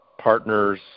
partners